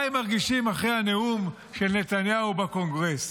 מה הם מרגישים אחרי הנאום של נתניהו בקונגרס?